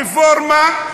רפורמה,